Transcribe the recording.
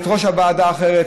הפעם יושבת-ראש הוועדה אחרת,